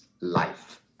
life